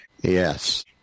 yes